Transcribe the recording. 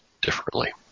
differently